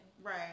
Right